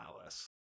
Alice